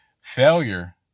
Failure